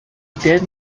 then